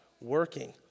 working